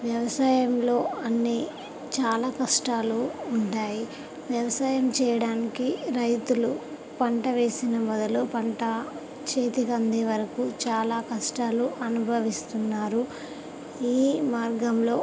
వ్యవసాయంలో అన్నీ చాలా కష్టాలు ఉంటాయి వ్యవసాయం చేయడానికి రైతులు పంటవేసిన మొదలు పంట చేతికి అందే వరకు చాలా కష్టాలు అనుభవిస్తున్నారు ఈ మార్గంలో